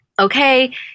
Okay